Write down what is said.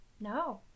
No